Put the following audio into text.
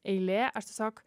eilė aš tiesiog